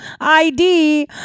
ID